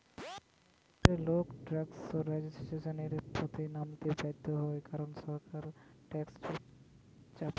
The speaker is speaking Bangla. অনেক ক্ষেত্রে লোক ট্যাক্স রেজিস্ট্যান্সের পথে নামতে বাধ্য হয় কারণ সরকার ট্যাক্স চাপায়